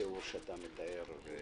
התיאור שאתה מתאר.